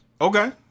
Okay